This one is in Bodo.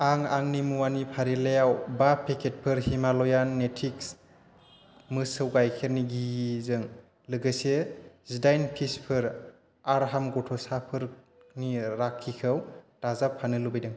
आं आंनि मुवानि फारिलाइयाव बा पेकेटफोर हिमालयान नेटिव्स मोसौ गाइखेरनि घिहिजों लोगोसे जिदाइन पिसफोर आर्हाम गथ'साफोरनि राखिखौ दाजाबफानो लुबैदों